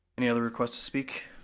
any other requests to speak?